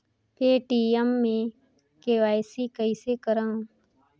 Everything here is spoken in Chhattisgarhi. पे.टी.एम मे के.वाई.सी कइसे करव?